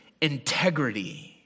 integrity